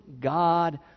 God